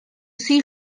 see